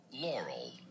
Laurel